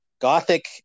gothic